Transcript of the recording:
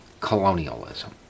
colonialism